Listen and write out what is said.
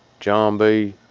john b,